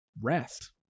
rest